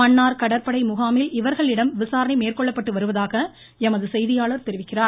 மன்னார் கடற்படை முகாமில் இவர்களிடம் விசாரணை மேற்கொள்ளப்பட்டு வருவதாக எமது செய்தியாளர் தெரிவிக்கிறார்